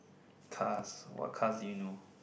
cars what cars do you know